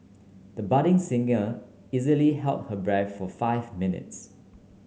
the budding singer easily held her breath for five minutes